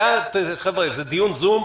חבר'ה, זה דיון זום,